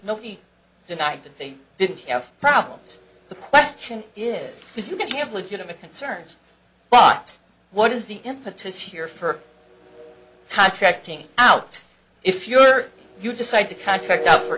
nobody denied that they didn't have problems the question is are you going to have legitimate concerns but what is the impetus here for contracting out if you're you decide to contract out for